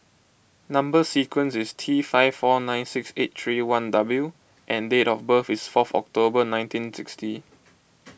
Number Sequence is T five four nine six eight three one W and date of birth is four October nineteen sixty